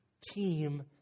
team